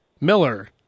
Miller